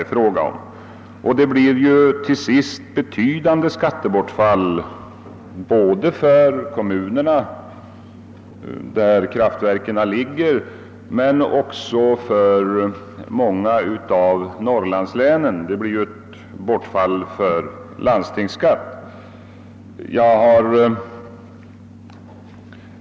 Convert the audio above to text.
Sänkningarna av taxeringsvärdena leder till betydande skattebortfall både för de kommuner, där kraftverken ligger, liksom för många av Norrlandslänen; det sker ju för dem en minskning av landstingsskatten.